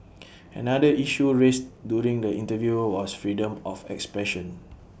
another issue raised during the interview was freedom of expression